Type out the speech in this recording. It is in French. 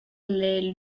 les